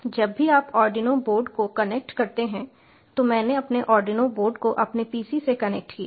जब भी आप आर्डिनो बोर्ड को कनेक्ट करते हैं तो मैंने अपने आर्डिनो बोर्ड को अपने PC से कनेक्ट किया है